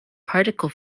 particle